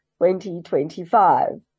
2025